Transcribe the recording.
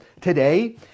today